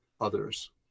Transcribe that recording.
others